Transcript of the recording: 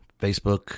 Facebook